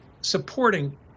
supporting